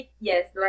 Yes